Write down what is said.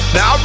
Now